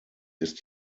ist